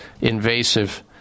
invasive